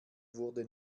wurde